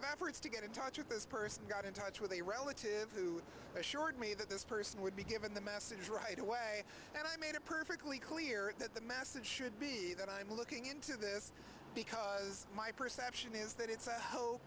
efforts to get in touch with this person got in touch with a relative who assured me that this person would be given the message right away and i made it perfectly clear that the message should be that i'm looking into this because my perception is that it's a ho